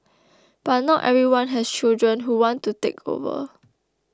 but not everyone has children who want to take over